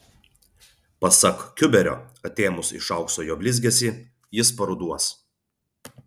pasak kiuberio atėmus iš aukso jo blizgesį jis paruduos